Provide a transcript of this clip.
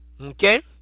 okay